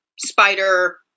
Spider